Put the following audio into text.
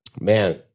man